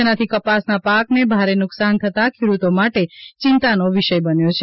જેનાથી કપાસના પાકને ભારે નુકસાન થતાં ખેડૂતો માટે ચિંતાનો વિષય બન્યો છે